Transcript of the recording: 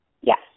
Yes